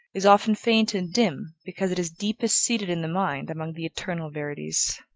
is often faint and dim because it is deepest seated in the mind among the eternal verities.